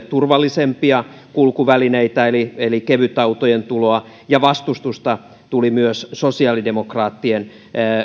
turvallisempia kulkuvälineitä eli eli kevytautojen tuloa ja vastustusta tuli myös sosiaalidemokraattien